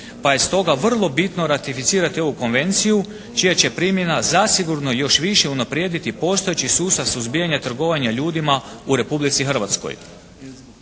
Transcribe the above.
pa je stoga vrlo bitno ratificirati ovu Konvenciju čija će primjena zasigurno još više unaprijediti postojeći sustav suzbijanja trgovanja ljudima u Republici Hrvatskoj.